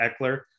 Eckler